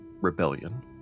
rebellion